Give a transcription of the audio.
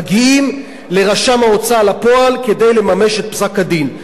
מגיעים לרשם ההוצאה לפועל כדי לממש את פסק-הדין.